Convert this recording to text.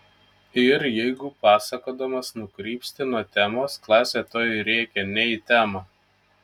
ir jeigu pasakodamas nukrypsti nuo temos klasė tuoj rėkia ne į temą